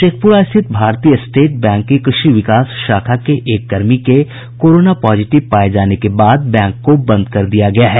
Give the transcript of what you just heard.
शेखपुरा स्थित भारतीय state bank की कृषि विकास शाखा के एक कर्मी के कोरोना पॉजिटिव पाये जाने के बाद बैंक को बंद कर दिया गया है